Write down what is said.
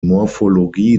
morphologie